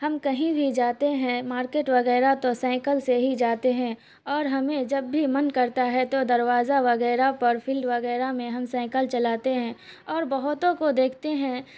ہم کہیں بھی جاتے ہیں مارکیٹ وغیرہ تو سائیکل سے ہی جاتے ہیں اور ہمیں جب بھی من کرتا ہے تو دروازہ وغیرہ پر فیلڈ وغیرہ میں ہم سائیکل چلاتے ہیں اور بہتوں کو دیکھتے ہیں